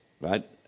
right